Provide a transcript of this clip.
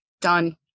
Done